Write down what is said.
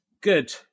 good